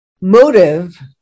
Motive